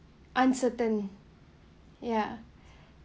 uncertain ya